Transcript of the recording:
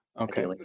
Okay